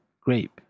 grape